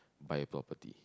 buy a property